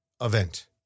event